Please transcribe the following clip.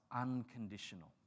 unconditional